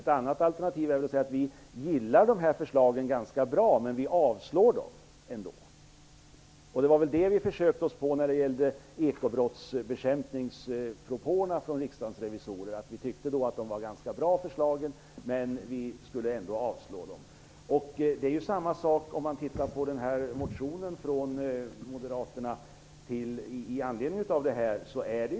Ett annat alternativ är väl att säga: Vi gillar de här förslagen ganska bra, men vi avstyrker dem ändå. Det försökte vi oss på när det gällde ekobrottsbekämpningspropåerna från Riksdagens revisorer. Vi tyckte att de förslagen var ganska bra, men vi skulle ändå avslå dem. Samma sak är det med motionen från moderaterna med anledning av förslaget.